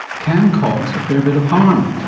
can cause a fair bit of harm.